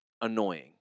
annoying